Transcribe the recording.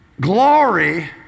Glory